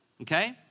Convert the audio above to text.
okay